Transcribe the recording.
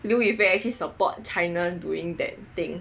刘亦菲 actually support China doing that thing